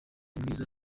mwiza